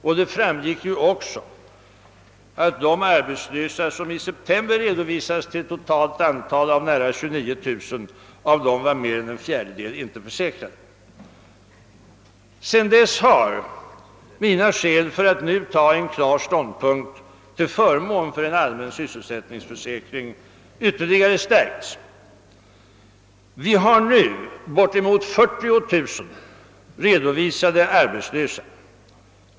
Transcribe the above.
Jag nämnde också att av de arbetslösa, som i september redovisades till ett totalt antal av nära 29 000, var mer än en fjärdedel inte försäkrade. Sedan dess har mina skäl för att nu ta en klar ståndpunkt till förmån för en allmän sysselsättningsförsäkring ytterligare stärkts. Vi har nu bortemot 40 000 redovisade arbetslösa.